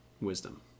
wisdom